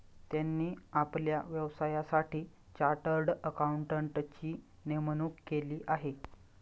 त्यांनी आपल्या व्यवसायासाठी चार्टर्ड अकाउंटंटची नेमणूक केली आहे